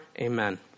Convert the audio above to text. Amen